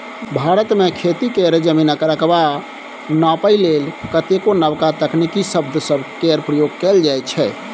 भारत मे खेती केर जमीनक रकबा नापइ लेल कतेको नबका तकनीकी शब्द सब केर प्रयोग कएल जाइ छै